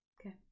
okay